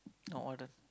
uh warden